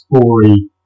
story